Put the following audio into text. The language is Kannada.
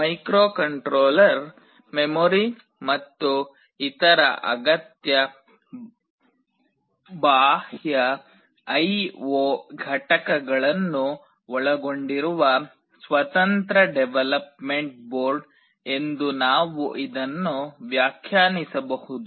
ಮೈಕ್ರೊಕಂಟ್ರೋಲರ್ ಮೆಮೊರಿ ಮತ್ತು ಇತರ ಅಗತ್ಯ ಬಾಹ್ಯ I O ಘಟಕಗಳನ್ನು ಒಳಗೊಂಡಿರುವ ಸ್ವತಂತ್ರ ಡೆವಲಪ್ಮೆಂಟ್ ಬೋರ್ಡ್ ಎಂದು ನಾವು ಇದನ್ನು ವ್ಯಾಖ್ಯಾನಿಸಬಹುದು